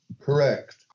Correct